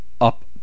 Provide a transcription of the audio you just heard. up